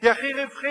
היא הכי רווחית.